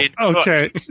okay